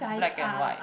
black and white